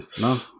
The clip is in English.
no